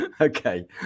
okay